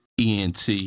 ENT